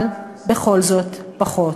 אבל בכל זאת פחות.